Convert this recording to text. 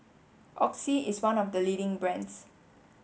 Oxy is one of the leading brands